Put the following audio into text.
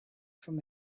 from